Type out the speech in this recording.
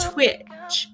Twitch